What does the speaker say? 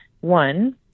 One